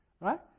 right